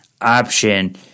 option